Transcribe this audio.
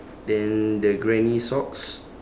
then the granny socks